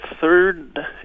third